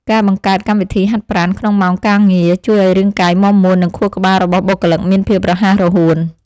ការបង្កើតកម្មវិធីហាត់ប្រាណក្នុងម៉ោងការងារ ជួយឱ្យរាងកាយមាំមួននិងខួរក្បាលរបស់បុគ្គលិកមានភាពរហ័សរហួន។